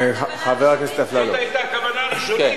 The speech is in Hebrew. זאת היתה הכוונה הראשונית,